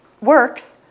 Works